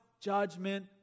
judgment